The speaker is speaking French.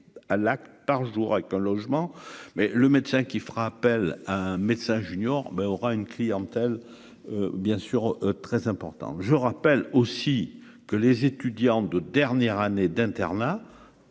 à l'acte par jour avec un logement, mais le médecin qui fera appel à un médecin junior mais aura une clientèle bien sûr très importante, je rappelle aussi que les étudiants de dernière année d'internat